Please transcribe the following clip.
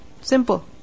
Simple